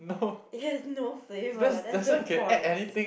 it has no flavour that's the point